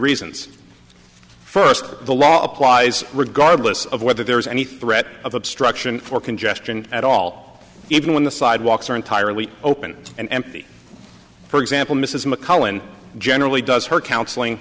reasons first the law applies regardless of whether there's any threat of obstruction or congestion at all even when the sidewalks are entirely open and empty for example mrs mcmullen generally does her counseling